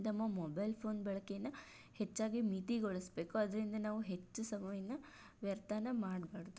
ನಮ್ಮ mobile phone ಬಳಕೇನ ಹೆಚ್ಚಾಗಿ ಮಿತಿಗೊಳಿಸ್ಬೇಕು ಅದರಿಂದ ನಾವು ಹೆಚ್ಚು ಸಮಯವನ್ನ ವ್ಯರ್ಥ ಮಾಡ್ಬಾರ್ದು